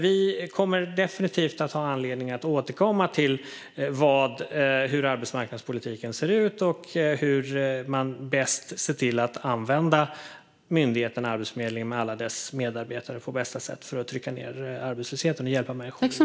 Vi kommer dock definitivt att ha anledning att återkomma till hur arbetsmarknadspolitiken ser ut och hur man bäst ser till att använda myndigheten Arbetsförmedlingen, med alla dess medarbetare, på bästa sätt för att trycka ned arbetslösheten och hjälpa människor i behov.